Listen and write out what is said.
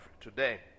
today